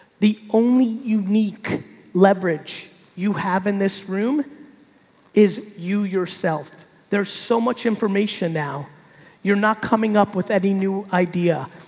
the only unique leverage you have in this room is you yourself. there's so much information now you're not coming up with any new idea.